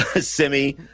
Semi